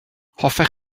hoffech